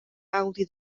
gaudi